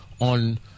on